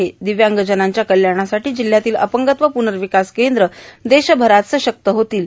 र्दिव्यांगजनांच्या कल्याणासाठी जिल्ह्यातील अपंगत्व पूर्नावकास कद्रे देशभरात सशक्त होतील